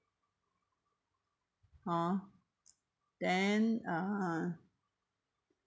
hor then uh